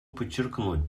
подчеркнуть